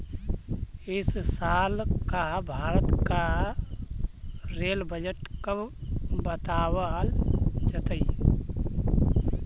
इस साल का भारत का रेल बजट कब बतावाल जतई